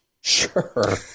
Sure